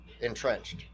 entrenched